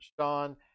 Sean